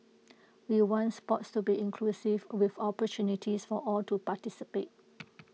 we want Sport to be inclusive with opportunities for all to participate